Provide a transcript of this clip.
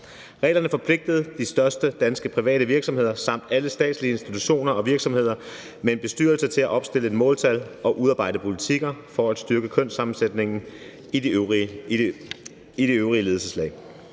Reglerne forpligtede de største danske private virksomheder samt alle statslige institutioner og virksomheder med en bestyrelse til at opstille måltal og udarbejde politikker for at styrke kønssammensætningen i de øvrige ledelseslag.